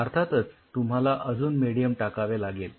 अर्थातच तुम्हाला अजून मेडीयम टाकावे लागेल